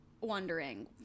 wondering